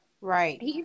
Right